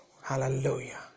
Hallelujah